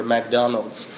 McDonald's